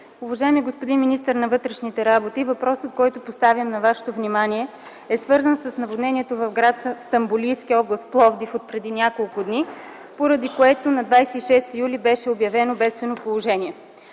Уважаеми господин министър на вътрешните работи, въпросът, който поставям на Вашето внимание е свързан с наводнението в гр. Съединение, област Пловдив отпреди няколко дни, поради което на 26 юли беше обявено бедствено положение.